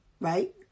right